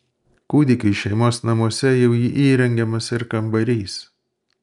kūdikiui šeimos namuose jau įrengiamas ir kambarys